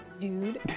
Dude